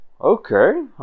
okay